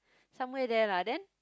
somewhere there lah then